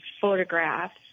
photographs